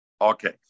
Okay